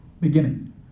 Beginning